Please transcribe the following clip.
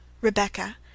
Rebecca